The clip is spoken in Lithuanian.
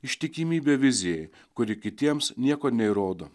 ištikimybė vizijai kuri kitiems nieko neįrodo